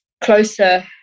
closer